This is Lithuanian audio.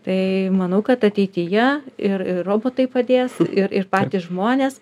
tai manau kad ateityje ir ir robotai padės ir ir patys žmonės